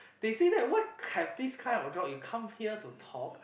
they say that what have this kind of job you come here to talk